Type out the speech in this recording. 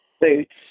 boots